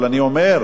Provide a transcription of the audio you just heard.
אבל אני אומר,